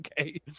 Okay